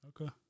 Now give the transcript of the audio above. Okay